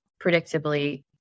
predictably